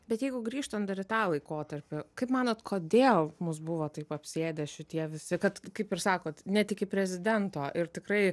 bet jeigu grįžtant dar į tą laikotarpį kaip manot kodėl mus buvo taip apsėdę šitie visi kad kaip ir sakot net iki prezidento ir tikrai